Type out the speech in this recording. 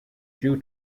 due